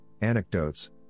anecdotes